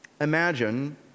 Imagine